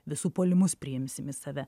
visų puolimus priimsim į save